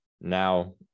now